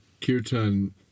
kirtan